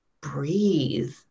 breathe